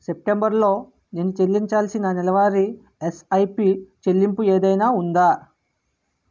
సెప్టెంబర్లో నేను చెల్లించాల్సిన నెలవారీ ఎస్ఐపి చెల్లింపు ఏదైనా ఉందా